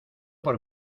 por